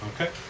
Okay